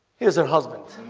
here's her husband